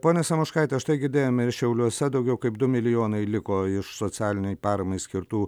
ponia samoškaite štai girdėjome ir šiauliuose daugiau kaip du milijonai liko iš socialinei paramai skirtų